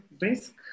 risk